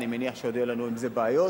אני מניח שעוד יהיו לנו עם זה בעיות,